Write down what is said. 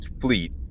fleet